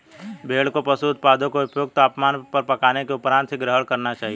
भेड़ को पशु उत्पादों को उपयुक्त तापमान पर पकाने के उपरांत ही ग्रहण करना चाहिए